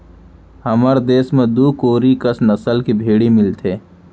हमर देस म दू कोरी कस नसल के भेड़ी मिलथें